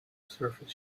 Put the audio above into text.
surface